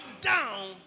down